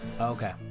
Okay